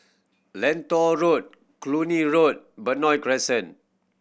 Lentor Road Cluny Road Benoi Crescent